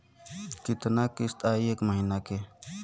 कितना किस्त आई एक महीना के?